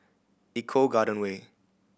Eco Garden Way